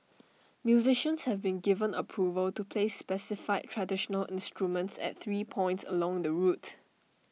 musicians have been given approval to play specified traditional instruments at three points along the route